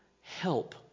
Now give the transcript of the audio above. help